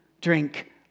drink